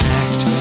act